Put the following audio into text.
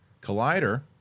Collider